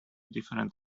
different